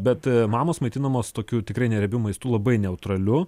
bet mamos maitinamos tokių tikrai neriebiu maistu labai neutraliu